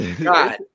God